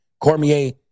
Cormier